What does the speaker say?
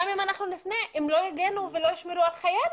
גם אם אנחנו נפנה הם לא יגנו ולא ישמרו על חיינו.